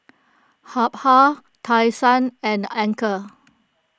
Habhal Tai Sun and Anchor